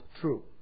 true